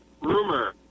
rumor